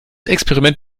experiment